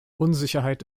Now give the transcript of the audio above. unsicherheit